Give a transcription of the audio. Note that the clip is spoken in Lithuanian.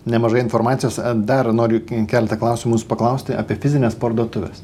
nemažai informacijos dar noriu keletą klausimų jūsų paklausti apie fizines parduotuves